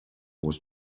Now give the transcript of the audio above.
was